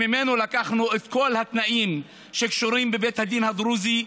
שממנו לקחנו את כל התנאים שקשורים בבית הדין הדרוזי,